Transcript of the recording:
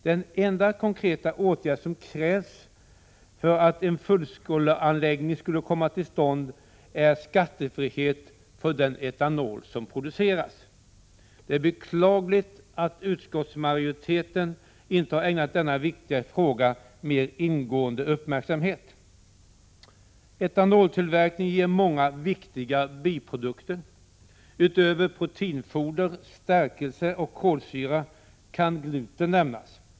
Den enda konkreta åtgärd som krävs för att en fullskaleanläggning skall komma till stånd är skattefrihet för den etanol som produceras. Det är beklagligt att — Prot. 1986/87:131 utskottsmajoriteten inte har ägnat denna viktiga fråga mer ingående 26 maj 1987 uppmärksamhet. Etanoltillverkningen ger många viktiga biprodukter. Utöver proteinfoder, stärkelse och kolsyra kan gluten nämnas.